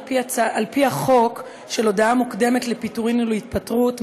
על פי חוק הודעה מוקדמת לפיטורים ולהתפטרות,